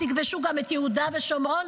תכבשו גם את יהודה ושומרון,